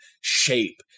shape